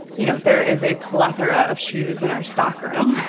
you know, there is a plethora of shoes in our stockroom,